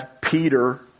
Peter